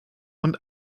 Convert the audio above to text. und